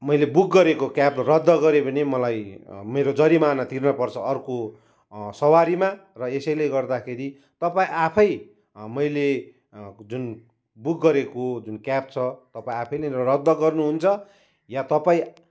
मैले बुक गरेको क्याब रद्द गरेँ भने मलाई मेरो जरिमाना तिर्नपर्छ अर्को सवारीमा र यसैले गर्दाखेरि तपाईँ आफै मैले जुन बुक गरेको जुन क्याब छ तपाईँ आफैले रद्द गर्नुहुन्छ या तपाईँ